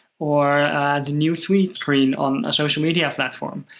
or the new tweet screen on a social media platform.